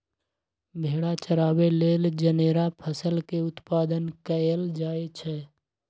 भेड़ा चराबे लेल जनेरा फसल के उत्पादन कएल जाए छै